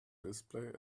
display